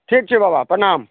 ठीक छै बाबा प्रणाम